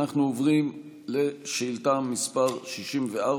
אנחנו עוברים לשאילתה מס' 64,